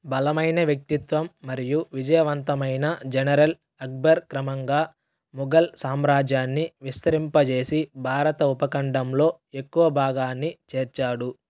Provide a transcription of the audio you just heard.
బలమైన వ్యక్తిత్వం మరియు విజయవంతమైన జనరల్ అక్బర్ క్రమంగా మొఘల్ సామ్రాజ్యాన్ని విస్తరింపజేసి భారత ఉపఖండంలో ఎక్కువ భాగాన్ని చేర్చాడు